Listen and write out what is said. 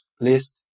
list